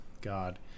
God